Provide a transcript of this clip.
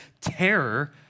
terror